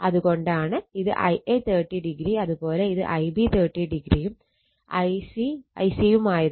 അത് കൊണ്ടാണ് ഇത് Ia 30o അത് പോലെ Ib 30o യും Ic യും ആയത്